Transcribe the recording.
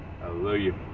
Hallelujah